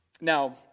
Now